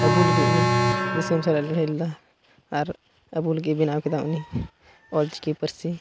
ᱟᱵᱚ ᱞᱟᱹᱜᱤᱫ ᱩᱱᱤ ᱫᱤᱥᱚᱢ ᱥᱟᱞᱟᱜᱼᱮ ᱞᱟᱹᱲᱦᱟᱹᱭ ᱞᱮᱫᱟ ᱟᱨ ᱟᱵᱚ ᱞᱟᱹᱜᱤᱫ ᱵᱮᱱᱟᱣ ᱠᱮᱫᱟᱭ ᱩᱱᱤ ᱚᱞ ᱪᱤᱠᱤ ᱯᱟᱹᱨᱥᱤ